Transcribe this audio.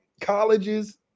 colleges